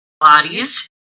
bodies